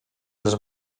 les